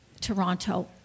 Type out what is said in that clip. Toronto